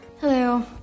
Hello